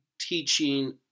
teaching